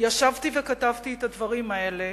ישבתי וכתבתי את הדברים האלה,